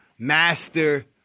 Master